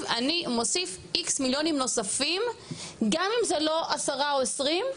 אני מוסיף X מיליונים נוספים גם אם זה לא 10 או 20,